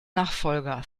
nachfolger